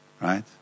Right